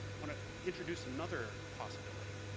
want to introduce another possibility.